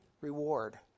Reward